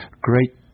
great